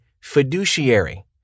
fiduciary